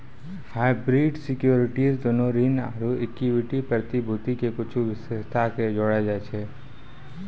hybrid securities दोनो ऋण आरु इक्विटी प्रतिभूति के कुछो विशेषता के जोड़ै छै